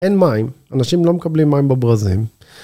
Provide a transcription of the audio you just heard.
אין מים, אנשים לא מקבלים מים בברזים.